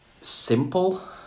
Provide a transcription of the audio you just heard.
simple